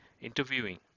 interviewing